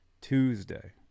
Tuesday